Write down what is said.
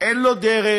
אין לו דרך,